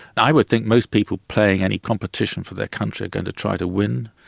i would think most people playing any competition for their country are going to try to win.